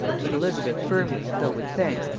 but elizabeth firmly, though with thanks,